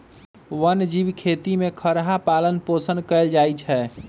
वन जीव खेती में खरहा पालन पोषण कएल जाइ छै